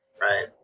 Right